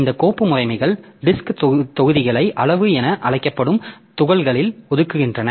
இந்த கோப்பு முறைமைகள் டிஸ்க் தொகுதிகளை அளவு என அழைக்கப்படும் துகள்களில் ஒதுக்குகின்றன